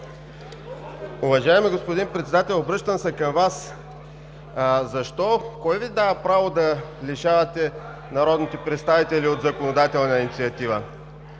Уважаеми господин Председател, обръщам се към Вас: кое Ви дава право да лишавате народните представители от законодателна инициатива?